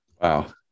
Wow